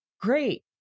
great